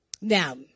Now